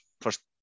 First